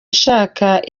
nshaka